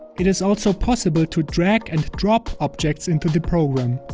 it is also possible to drag and drop objects into the program.